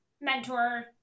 mentor